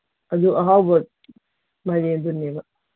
ꯑꯗꯨ ꯑꯍꯥꯎꯕ ꯃꯥꯏꯔꯦꯟꯗꯨꯅꯦꯕ